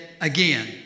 again